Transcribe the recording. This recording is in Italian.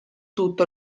tutto